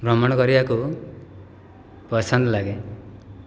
ଭ୍ରମଣ କରିବାକୁ ପସନ୍ଦ ଲାଗେ